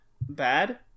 bad